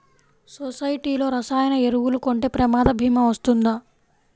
సొసైటీలో రసాయన ఎరువులు కొంటే ప్రమాద భీమా వస్తుందా?